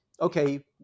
okay